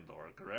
correct